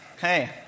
hey